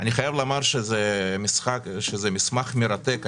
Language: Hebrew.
אני חייב לומר שזה מסמך מרתק.